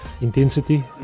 intensity